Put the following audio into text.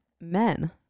Men